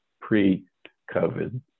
pre-COVID